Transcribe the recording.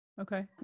Okay